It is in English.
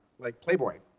like playboy.